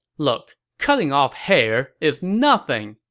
look, cutting off hair is nothing.